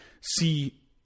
see